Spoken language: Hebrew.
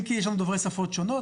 אם כי יש שם דוברי שפות שונות.